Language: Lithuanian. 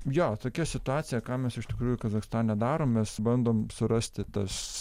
jo tokia situacija ką mes iš tikrųjų kazachstane darom mes bandom surasti tas